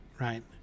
right